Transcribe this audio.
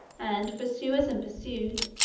and pursuers and pursued,